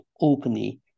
openly